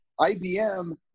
IBM